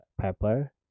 pepper